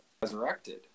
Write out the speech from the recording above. resurrected